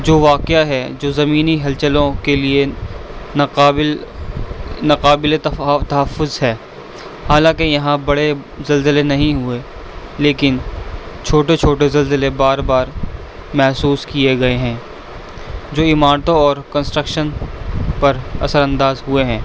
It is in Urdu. جو واقعہ ہے جو زمینی ہلچلوں کے لیے ناقابل ناقابل تحفظ ہے حالاں کہ یہاں بڑے زلزلے نہیں ہوئے لیکن چھوٹے چھوٹے زلزلے بار بار محسوس کیے گئے ہیں جو عمارتوں اور کنسٹرکشن پر اثر انداز ہوئے ہیں